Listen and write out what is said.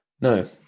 No